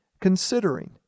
considering